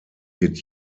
wird